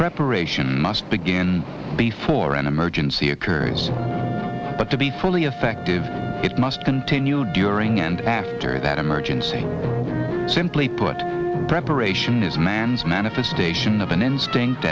preparation must begin before an emergency occurs but to be fully effective it must continue during and after that emergency simply put preparation is man's manifestation of an instinct